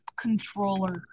controller